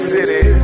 City